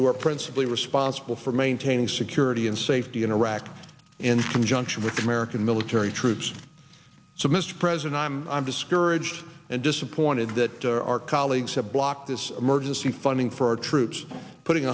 who are principally responsible for maintaining security and safety in iraq in conjunction with american military troops so mr president i'm i'm discouraged and disappointed that our colleagues have blocked this emergency funding for our troops putting